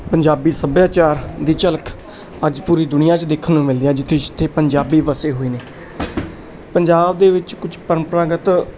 ਪੰਜਾਬੀ ਸੱਭਿਆਚਾਰ ਦੀ ਝਲਕ ਅੱਜ ਪੂਰੀ ਦੁਨੀਆਂ 'ਚ ਦੇਖਣ ਨੂੰ ਮਿਲਦੀ ਆ ਜਿੱਥੇ ਜਿੱਥੇ ਪੰਜਾਬੀ ਵਸੇ ਹੋਏ ਨੇ ਪੰਜਾਬ ਦੇ ਵਿੱਚ ਕੁਝ ਪਰੰਪਰਾਗਤ